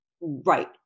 Right